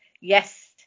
yes